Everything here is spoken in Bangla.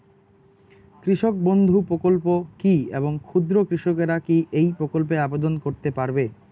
কৃষক বন্ধু প্রকল্প কী এবং ক্ষুদ্র কৃষকেরা কী এই প্রকল্পে আবেদন করতে পারবে?